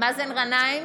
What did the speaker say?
מאזן גנאים,